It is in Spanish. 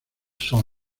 son